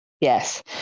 Yes